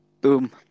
boom